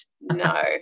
no